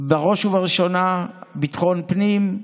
בראש ובראשונה ביטחון הפנים,